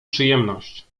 przyjemność